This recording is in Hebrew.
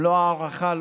מלוא ההערכה,